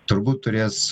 turbūt turės